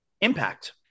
impact